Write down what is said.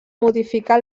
modificar